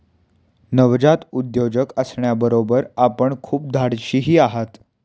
नवजात उद्योजक असण्याबरोबर आपण खूप धाडशीही आहात